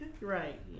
Right